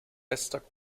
bester